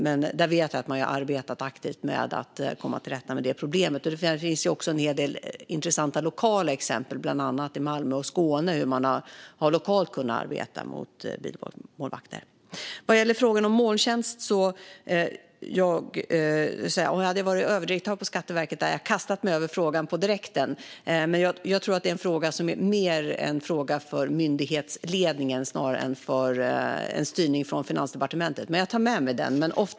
Jag vet dock att man har arbetat aktivt för att komma till rätta med problemet. Det finns även en hel del intressanta lokala exempel i bland annat Malmö och Skåne på hur man har kunnat arbeta mot bilmålvakter. Om jag fortfarande hade varit överdirektör på Skatteverket hade jag på direkten kastat mig över frågan om molntjänster. Jag tror dock att detta är mer en fråga för myndighetsledningen än för styrning från Finansdepartementet, men jag tar med mig den.